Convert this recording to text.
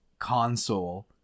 console